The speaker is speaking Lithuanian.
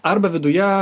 arba viduje